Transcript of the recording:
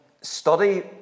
study